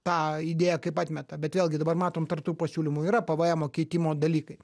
tą idėją kaip atmeta bet vėlgi dabar matom tarp tų pasiūlymų yra pvmo keitimo dalykai